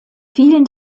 vielen